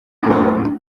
itungo